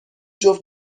جفت